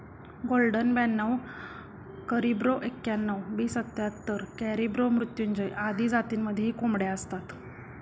golden ब्याणव करिब्रो एक्याण्णण, B सत्याहत्तर, कॅरिब्रो मृत्युंजय आदी जातींमध्येही कोंबड्या असतात